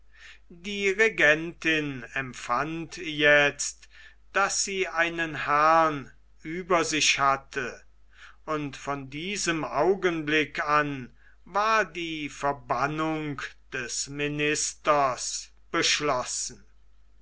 die regentin empfand jetzt daß sie einen herrn über sich hatte und von diesem augenblick an war die verbannung des ministers beschlossen